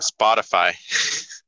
Spotify